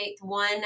one